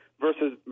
versus